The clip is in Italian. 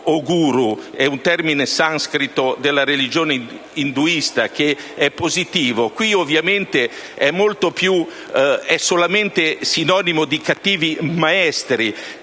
(è un termine sanscrito della religione induista, che è positivo, mentre qui è solamente sinonimo di cattivi maestri